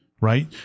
right